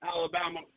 Alabama